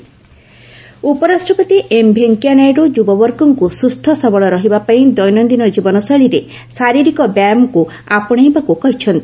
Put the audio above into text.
vice president ୟୋଗ ହୁବାଲି ଉପରାଷ୍ଟ୍ରପତି ଏମ୍ ଭେଙ୍କିୟା ନାଇଡୁ ଯୁବବର୍ଗଙ୍କୁ ସୁସ୍ଥ ସବଳ ରହିବା ପାଇଁ ଦୈନନ୍ଦିନ ଜୀବନଶୈଳୀରେ ଶାରୀରିକ ବ୍ୟାୟାମକୁ ଆପଣେଇବାକୁ କହିଛନ୍ତି